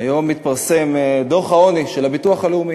היום מתפרסם דוח העוני של הביטוח הלאומי.